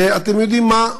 ואתם יודעים מה?